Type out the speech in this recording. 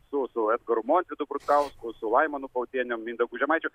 su edgaru montvidu prudkausku su laimonu pautienium mindaugu žemaičiu